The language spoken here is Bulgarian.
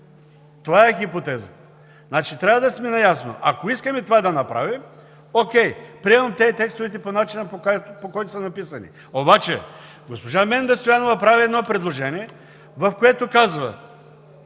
Това е хипотезата. Трябва да сме наясно – ако искаме това да направим, окей. Приемам текстовете по начина, по който са написани, обаче госпожа Менда Стоянова прави едно предложение, в което казва,